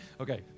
Okay